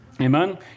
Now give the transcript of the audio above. Amen